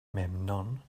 memnon